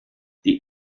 die